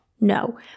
no